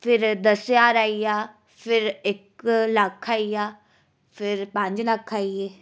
फ्ही दस्स ज्हार आई गेआ फ्ही इक लक्ख आई गेआ फ्ही पंज लक्ख आई गेआ